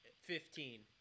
Fifteen